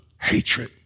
hatred